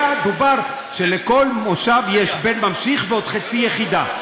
דובר שלכל מושב יש בן ממשיך ועוד חצי יחידה.